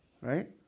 right